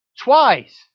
Twice